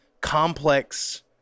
complex